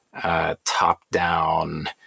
top-down